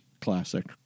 classic